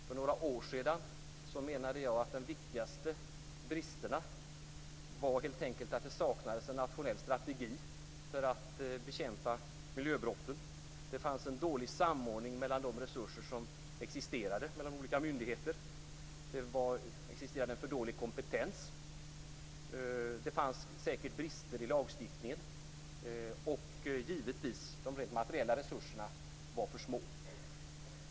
För några år sedan menade jag att de viktigaste bristerna helt enkelt var att det saknades en nationell strategi för att bekämpa miljöbrotten. Det fanns en dålig samordning mellan de resurser som existerade mellan olika myndigheter. Det existerade en för dålig kompetens. Det fanns säkert brister i lagstiftningen. Givetvis var de rent materiella resurserna för små.